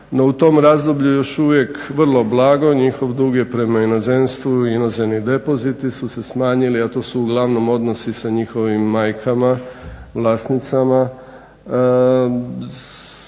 u tom razdoblju još uvijek vrlo blago njihov dug je prema inozemstvu i inozemni depoziti su se smanjili, a to su uglavnom odnosi sa njihovim majkama, vlasnicama